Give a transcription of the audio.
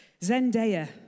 Zendaya